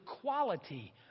quality